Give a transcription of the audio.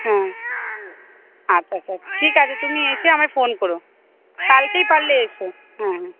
হ্যাঁ আচ্ছা আচ্ছা ঠিক আছে তুমি এসে আমি ফোন করো কালকেই পারলে এসো হ্যাঁ হ্যাঁ